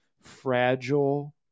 fragile